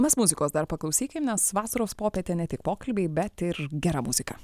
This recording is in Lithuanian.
mes muzikos dar paklausykim nes vasaros popietė ne tik pokalbiai bet ir gera muzika